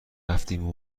رفتیم